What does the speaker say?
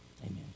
Amen